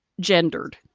gendered